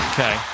Okay